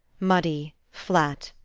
muddy, flat,